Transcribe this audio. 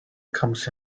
comes